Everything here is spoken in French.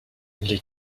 les